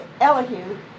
Elihu